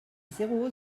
zéro